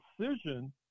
decision